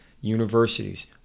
Universities